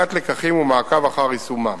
הפקת לקחים ומעקב אחר יישומם.